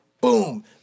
Boom